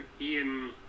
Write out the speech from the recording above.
Ian